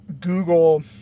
Google